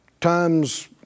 times